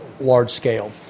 large-scale